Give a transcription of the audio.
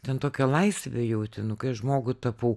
ten tokią laisvę jauti nu kai aš žmogų tapau